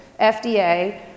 FDA